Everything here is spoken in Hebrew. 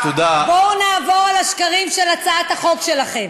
בואו נעבור על השקרים של הצעת החוק שלכם.